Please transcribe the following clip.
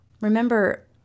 Remember